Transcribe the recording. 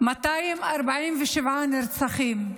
247 נרצחים,